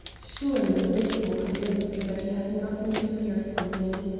surely this will convince you that you have nothing to fear from me.